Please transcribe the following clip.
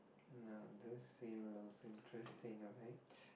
now this seems interesting right